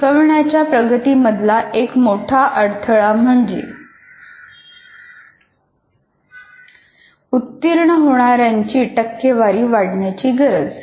शिकवण्याच्या प्रगतीमधला एक मोठा अडथळा म्हणजे उत्तीर्ण होणाऱ्यांची टक्केवारी वाढवण्याची गरज